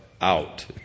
out